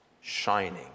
shining